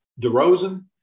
DeRozan